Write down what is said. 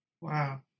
Wow